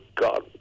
god